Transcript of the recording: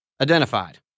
identified